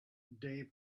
day